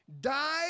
died